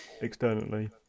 externally